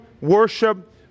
worship